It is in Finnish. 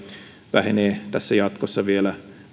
vähenee tässä jatkossa vielä